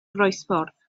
groesffordd